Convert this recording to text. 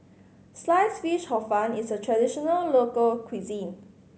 Sliced Fish Hor Fun is a traditional local cuisine